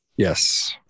Yes